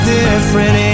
different